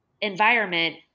environment